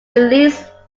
released